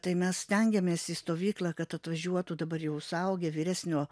tai mes stengiamės į stovyklą kad atvažiuotų dabar jau suaugę vyresnio